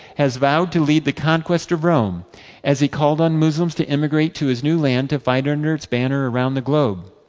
has vowed to lead the conquest of rome as he called on muslims to immigrate to his new land to fight under its banner around the globe.